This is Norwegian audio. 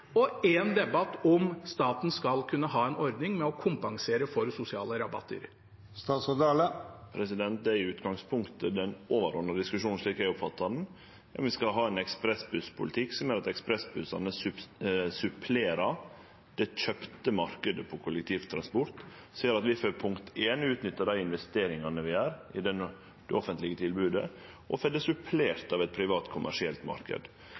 debatt om hvorvidt staten skal kunne ha en ordning med å kompensere for sosiale rabatter? Det er i utgangspunktet den overordna diskusjonen, slik eg oppfattar han. Vi skal ha ein ekspressbusspolitikk som gjer at ekspressbussane supplerer den kjøpte marknaden på kollektivtransport. Slik får vi utnytta dei investeringane vi gjer i det offentlege tilbodet, og vi får det